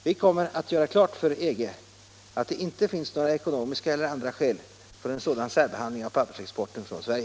Vi kommer att göra klart för EG att det inte finns några ekonomiska eller andra skäl för en sådan särbehandling av pappersexporten från Sverige.